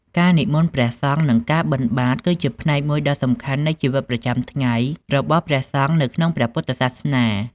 ការនិមន្តព្រះសង្ឃនឹងការបិណ្ឌបាត គឺជាផ្នែកមួយដ៏សំខាន់នៃជីវិតប្រចាំថ្ងៃរបស់ព្រះសង្ឃនៅក្នុងព្រះពុទ្ធសាសនា។